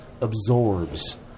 absorbs